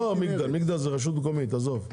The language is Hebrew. לא מגדל, מגדל זה רשות מקומית, עזוב.